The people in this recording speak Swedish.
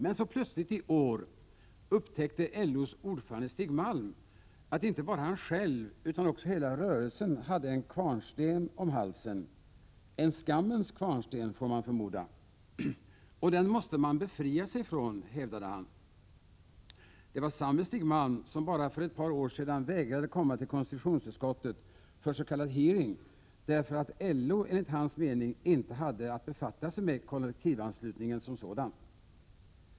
Men så plötsligt i år upptäckte LO:s ordförande Stig Malm, att inte bara han själv utan också hela rörelsen hade en kvarnsten om halsen, en skammens kvarnsten får man förmoda. Den måste man befria sig från, hävdade han. Det var samme Stig Malm som för bara ett par år sedan vägrade komma till konstitutionsutskottet för s.k. hearing, därför att LO enligt hans mening inte hade att befatta sig med kollektivanslutningen som sådan.